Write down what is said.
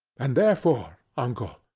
and therefore, uncle,